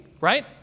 right